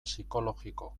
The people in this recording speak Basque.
psikologiko